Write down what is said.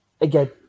again